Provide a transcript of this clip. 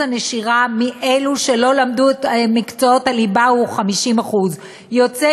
שיעור הנשירה מאלה שלא למדו את מקצועות הליבה הוא 50%. יוצא